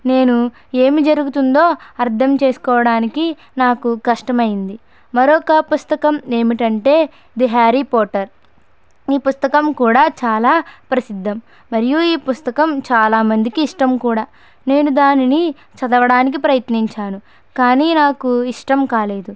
నేను ఏమి జరుగుతుందో అర్థం చేసుకోడానికి నాకు కష్టమైనది మరొక పుస్తకం ఏమిటంటే ఇది హ్యారీ పోటర్ ఈ పుస్తకం కూడా చాలా ప్రసిద్ది మరియు ఈ పుస్తకం చాలా మందికి ఇష్టం కూడా నేను దానిని చదవడానికి ప్రయత్నించాను కానీ నాకు ఇష్టం కాలేదు